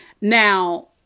Now